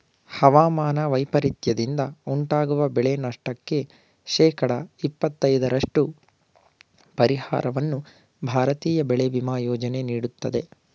ಹವಾಮಾನ ವೈಪರೀತ್ಯದಿಂದ ಉಂಟಾಗುವ ಬೆಳೆನಷ್ಟಕ್ಕೆ ಶೇಕಡ ಇಪ್ಪತೈದರಷ್ಟು ಪರಿಹಾರವನ್ನು ಭಾರತೀಯ ಬೆಳೆ ವಿಮಾ ಯೋಜನೆ ನೀಡುತ್ತದೆ